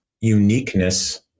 uniqueness